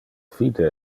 fide